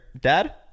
dad